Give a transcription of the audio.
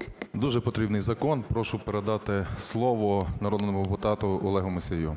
Б.М. Дуже потрібний закон. Прошу передати слово народному депутату Олегу Мусію.